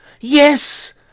Yes